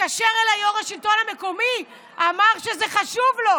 התקשר אלי יו"ר השלטון המקומי, אמר שזה חשוב לו,